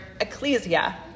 ecclesia